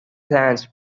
plants